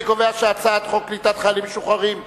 אני קובע שהצעת חוק קליטת חיילים משוחררים (תיקון,